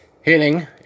hitting